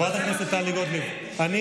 חברת הכנסת טלי גוטליב, זה מה שהיא אומרת.